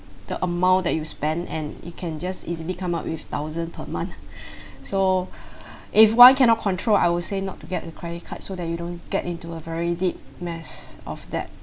the amount that you spend and it can just easily come up with thousand per month so if one cannot control I will say not to get a credit card so that you don't get into a very deep mess of that